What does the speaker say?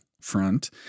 front